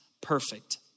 perfect